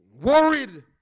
worried